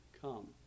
come